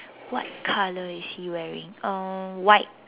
what color is he wearing um white